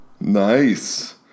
Nice